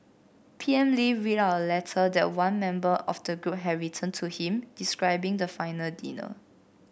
P M Lee read out a letter that one member of the group had written to him describing the final dinner